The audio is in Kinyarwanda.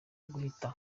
guhita